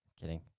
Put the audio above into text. Kidding